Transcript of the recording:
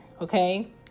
okay